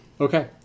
Okay